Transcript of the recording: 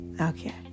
okay